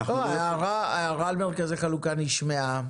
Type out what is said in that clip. ההערה על מרכזי החלוקה נשמעה.